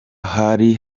hari